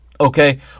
okay